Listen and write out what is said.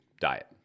diet